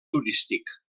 turístic